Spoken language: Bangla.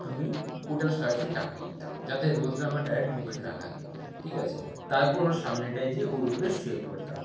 আমি ওটার সরাসরি টাঙিয়ে দিতাম যাতে রোদটা আমার ডাইরেক্ট মুখে না লাগে ঠিক আছে তারপর ওর সামনেটায় যেয়ে ওর উপরে শুয়ে পড়তাম